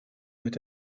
mit